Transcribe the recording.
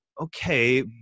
okay